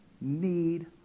need